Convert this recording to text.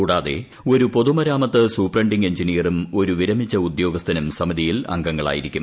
കൂടാതെ ഒരു പൊതുമരാമത്ത് സൂപ്രണ്ടിങ് എഞ്ചിനീയറും ഒരു വിരമിച്ച ഉദ്യോഗസ്ഥനും സമിതിയിൽ അംഗങ്ങളായിരിക്കും